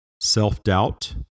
Self-doubt